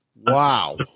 Wow